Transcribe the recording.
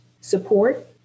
support